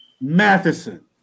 Matheson